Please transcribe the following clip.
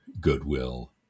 goodwill